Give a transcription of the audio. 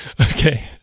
Okay